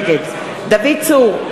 נגד דוד צור,